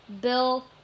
Bill